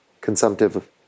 consumptive